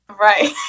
Right